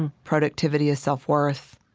and productivity as self-worth,